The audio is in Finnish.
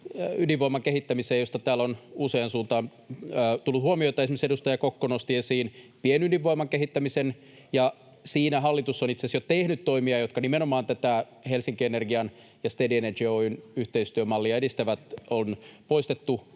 ydinvoiman kehittämiseen, josta täällä on usealta suunnalta tullut huomiota. Esimerkiksi edustaja Kokko nosti esiin pienydinvoiman kehittämisen, ja siinä hallitus on itse asiassa jo tehnyt toimia, jotka nimenomaan tätä Helsingin Energian ja Steady Energy Oy:n yhteistyömallia edistävät: on poistettu